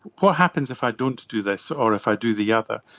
what happens if i don't do this or if i do the other?